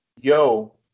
Yo